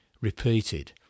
repeated